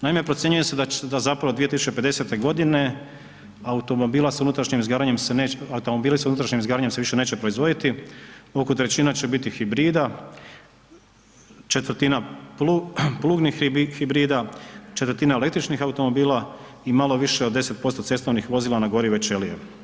Naime, procjenjuje se da zapravo 2050.g. automobila s unutrašnjim izgaranjem se neće, automobili s unutrašnjim izgaranjem se više neće proizvoditi, oko trećina će biti hibrida, četvrtina plugnih hibrida, četvrtina električnih automobila i malo više od 10% cestovnih vozila na goriva i čelije.